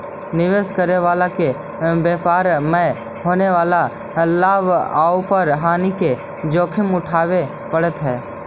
निवेश करे वाला के व्यापार मैं होवे वाला लाभ औउर हानि के जोखिम उठावे पड़ऽ हई